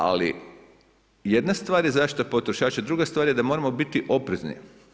Ali jedna stvar je zaštita potrošača, a druga stvar je da moramo biti oprezni.